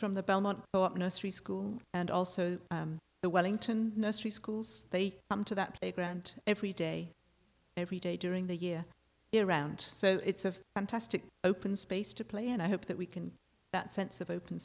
from the belmont thought nursery school and also the wellington nursery schools they come to that playground every day every day during the year around so it's a fantastic open space to play and i hope that we can that sense of open